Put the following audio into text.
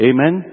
Amen